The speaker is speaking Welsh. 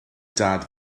dad